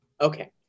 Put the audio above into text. Okay